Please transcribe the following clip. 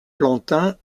plantin